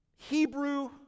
Hebrew